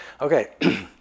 Okay